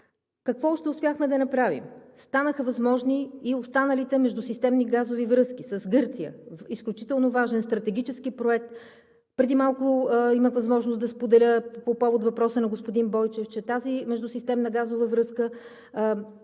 Какво още успяхме да направим? Станаха възможни и останалите междусистемни газови връзки – с Гърция, изключително важен стратегически проект. Преди малко имах възможност да споделя по повод въпроса на господин Бойчев, че тази междусистемна газова връзка